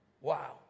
wow